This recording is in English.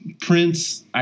Prince